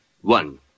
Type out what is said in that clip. One